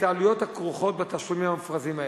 העלויות הכרוכות בתשלומים המופרזים האלה.